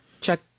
Check